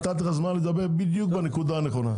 נתתי לך זמן לדבר בדיוק בנקודה הנכונה.